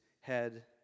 head